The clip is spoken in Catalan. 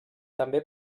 també